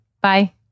Bye